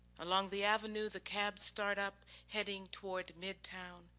along the avenue, the cabs start up heading toward midtown.